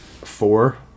four